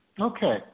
Okay